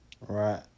right